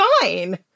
fine